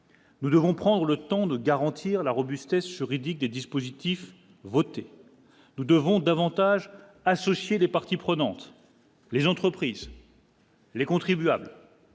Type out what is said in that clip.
Nous devons prendre le temps de garantir la robustesse Riddick des dispositifs votés, nous devons davantage associer les parties prenantes, les entreprises. Les contribuables.